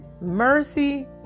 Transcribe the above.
Mercy